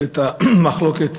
ואת המחלוקת